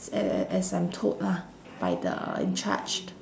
a~ a~ as I'm told lah by the in charged